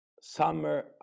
summer